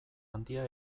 handia